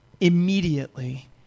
immediately